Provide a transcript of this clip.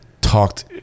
talked